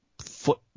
foot